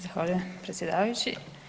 Zahvaljujem predsjedavajući.